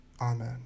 Amen